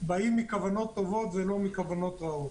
באים מכוונות טובות ולא מכוונות רעות.